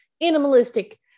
animalistic